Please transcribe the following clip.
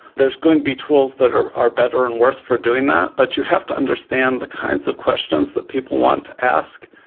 going to be tools that are are better and worse for doing that, but you have to understand the kinds of questions that people want to ask,